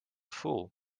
fool